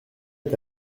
est